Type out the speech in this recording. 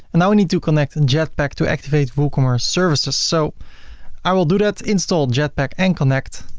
and now we need to connect and jetpack to activate woocommerce services. so i will do that. install jetpack and connect.